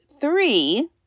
three